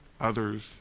others